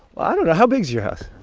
well, i don't know. how big's your house?